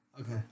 Okay